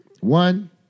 One